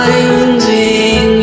Finding